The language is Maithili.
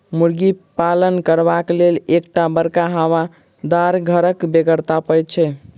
मुर्गी पालन करबाक लेल एक टा बड़का हवादार घरक बेगरता पड़ैत छै